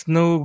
no